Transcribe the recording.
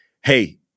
hey